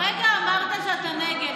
הרגע אמרת שאתה נגד,